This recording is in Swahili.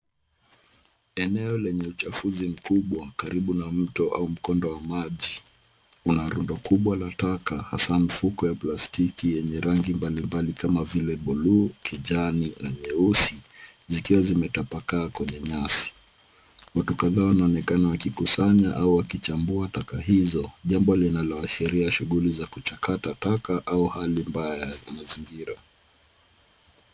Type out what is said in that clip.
Eneo lenye uchafuzi mkubwa karibu na mto au mkondo wa maji. Kuna rundo kubwa la taka hasa mifuko ya plastiki yenye rangi mbalimbali kama vile bluu, kijani na nyeusi, zikiwa zimetapakaa kwenye nyasi. Watu kadhaa wanaonekana wakikusanya au wakichambua taka hizo, jambo linaloashiria shughuli za kuchakata taka au hali mbaya ya mazingira.